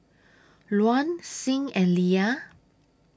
Luann Sing and Lia